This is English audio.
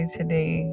today